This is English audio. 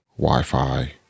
wi-fi